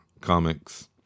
comics